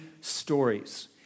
stories